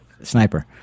sniper